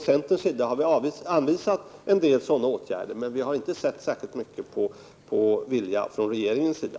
Centerpartiet har anvisat en del sådana åtgärder, men vi har inte märkt mycket av vilja från regeringens sida.